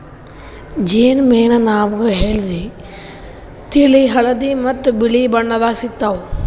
ಜೇನ್ ಮೇಣ ನಾಮ್ಗ್ ಹಳ್ದಿ, ತಿಳಿ ಹಳದಿ ಮತ್ತ್ ಬಿಳಿ ಬಣ್ಣದಾಗ್ ಸಿಗ್ತಾವ್